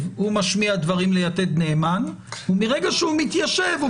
הוא משמיע דברים ל'יתד נאמן' ומרגע שהוא מתיישב הוא